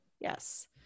yes